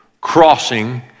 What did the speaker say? crossing